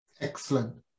Excellent